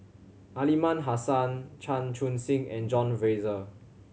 Aliman Hassan Chan Chun Sing and John Fraser